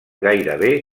gairebé